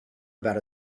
about